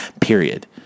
Period